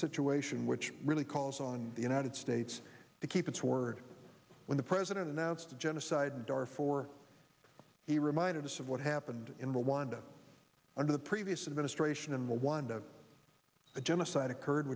situation which really calls on the united states to keep its word when the president announced a genocide or for he reminded us of what happened in rwanda under the previous administration and the wind of a genocide occurred